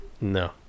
No